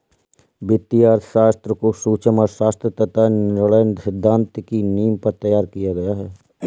वित्तीय अर्थशास्त्र को सूक्ष्म अर्थशास्त्र तथा निर्णय सिद्धांत की नींव पर तैयार किया गया है